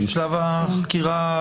בשלב החקירה.